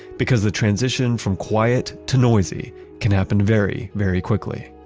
because the transition from quiet to noisy can happen very, very quickly